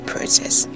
Process